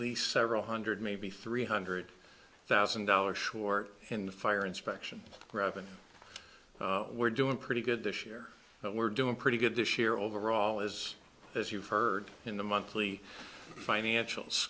least several hundred maybe three hundred thousand dollars short in the fire inspection revenue we're doing pretty good this year but we're doing pretty good this year overall as as you've heard in the monthly financials